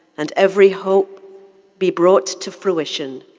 and every hope be brought to fruition.